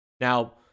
Now